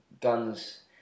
guns